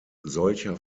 solcher